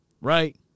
right